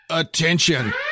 attention